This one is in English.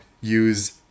use